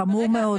חמור מאוד.